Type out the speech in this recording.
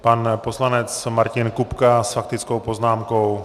Pan poslanec Martin Kupka s faktickou poznámkou.